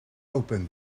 open